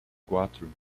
quatro